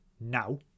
now